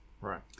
right